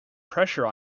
pressure